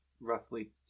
roughly